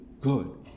good